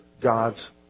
God's